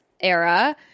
era